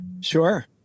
Sure